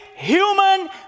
human